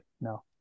No